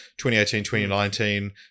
2018-2019